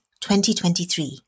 2023